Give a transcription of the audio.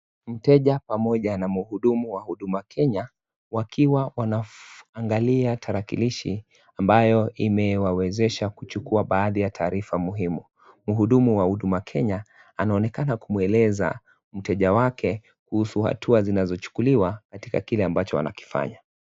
Mteja pamoja na mhudumu wa Huduma Kenya wakiwa wanaangalia tarakilishi ambayo imewawezesha kuchukua baadhi ya taarifa muhimu. Muhudumu wa Huduma Kenya anaonekana kumueleza mteja wake kuhusu hatua zinazochukuliwa katika kile ambacho wanakifanya.